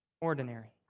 ordinary